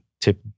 tip